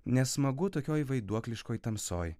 nesmagu tokioj vaiduokliškoj tamsoj